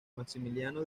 maximiliano